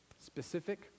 Specific